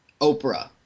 Oprah